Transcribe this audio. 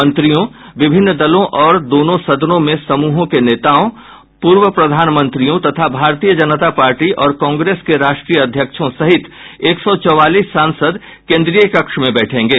मंत्रियों विभिन्न दलों और दोनों सदनों में समूहों के नेताओं पूर्व प्रधानमंत्रियों तथा भारतीय जनता पार्टी और कांग्रेस के राष्ट्रीय अध्यक्षों सहित एक सौ चौवालीस सांसद केन्द्रीय कक्ष में बैठेंगे